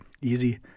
easy